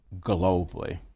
globally